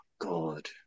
God